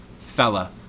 fella